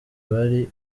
bari